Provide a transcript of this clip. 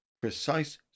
precise